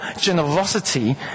generosity